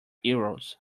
euros